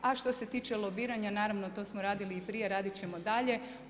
A što se itiče lobiranja naravno to smo radili i prije, radit ćemo dalje.